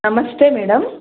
ನಮಸ್ತೆ ಮೇಡಮ್